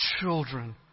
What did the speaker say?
children